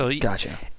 Gotcha